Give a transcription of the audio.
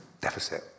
deficit